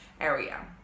area